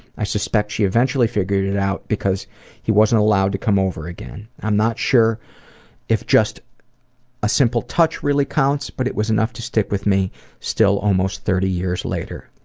i suspect she eventually figured it out because he wasn't allowed to come over again. i'm not sure if just a simple touch really counts but it was enough to stick with me still almost thirty years later.